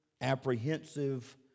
apprehensive